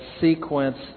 sequence